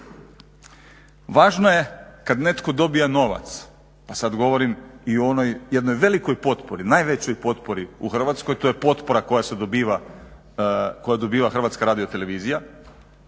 Važno je kad netko dobije novac pa sad govorim i o onoj jednoj velikoj potpori, najvećoj potpori u Hrvatskoj, to je potpora koju dobiva HRT, koja